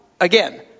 again